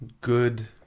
Good